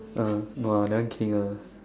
uh no lah that one King ah